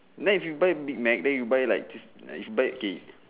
then if you buy big Mac then you buy like just is buy okay